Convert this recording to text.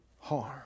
harm